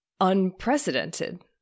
unprecedented